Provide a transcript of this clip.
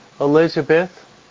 Elizabeth